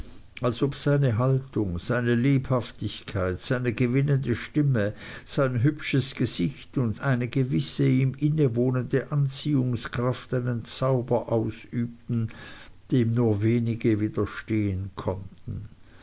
als ob seine haltung seine lebhaftigkeit seine gewinnende stimme sein hübsches gesicht und eine gewisse ihm innewohnende anziehungskraft einen zauber ausübten dem nur wenige widerstehen konnten